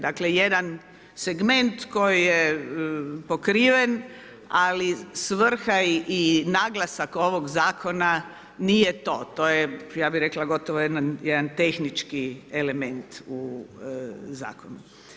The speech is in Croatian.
Dakle jedan segment koji je pokriven, ali svrha i naglasak ovog zakona nije to, to je ja bih rekla jedan tehnički element u zakonu.